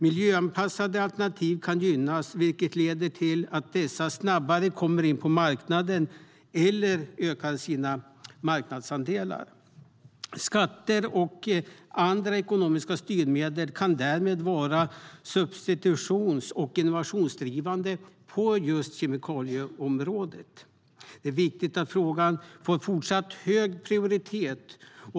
Miljöanpassade alternativ kan gynnas, vilket leder till att dessa snabbare kommer in på marknaden eller ökar sina marknadsandelar. Skatter och andra ekonomiska styrmedel kan därmed vara substitutions och innovationsdrivande på just kemikalieområdet. Det är viktigt att frågan får fortsatt hög prioritet.